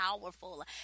powerful